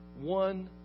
one